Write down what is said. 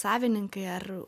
savininkai ar